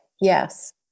Yes